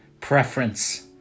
preference